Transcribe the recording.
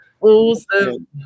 Awesome